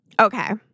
Okay